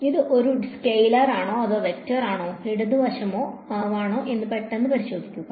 ഇത് ഒരു സ്കെയിലർ ആണോ അതോ വെക്റ്റർ ഇടത് വശമാണോ എന്ന് പെട്ടെന്ന് പരിശോധിക്കുക